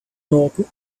norton